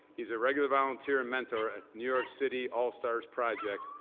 he's a regular volunteer and mentor at new york city all-stars project,